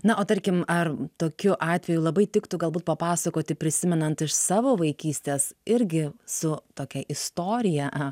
na o tarkim ar tokiu atveju labai tiktų galbūt papasakoti prisimenant iš savo vaikystės irgi su tokia istorija